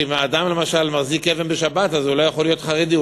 שאם אדם למשל מחזיק אבן בשבת אז הוא לא יכול להיות חרדי.